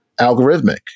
algorithmic